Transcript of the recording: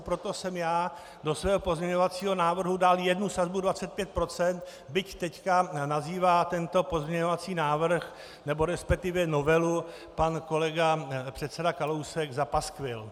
Proto jsem já do svého pozměňovacího návrhu dal jednu sazbu 25 procent, byť teď nazývá tento pozměňovací návrh, nebo respektive novelu pan kolega předseda Kalousek za paskvil.